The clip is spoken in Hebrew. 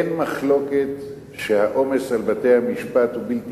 אין מחלוקת שהעומס על בתי-המשפט הוא בלתי